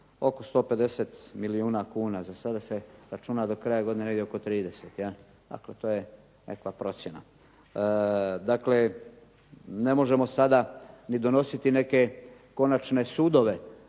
oko 150 milijuna kuna. Za sada se računa do kraja godine negdje oko 30, dakle to je nekakva procjena. Dakle ne možemo sada ni donositi neke konačne sudove,